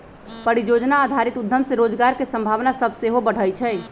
परिजोजना आधारित उद्यम से रोजगार के संभावना सभ सेहो बढ़इ छइ